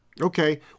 Okay